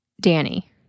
Danny